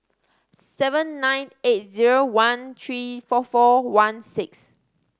seven nine eight zero one three four four one six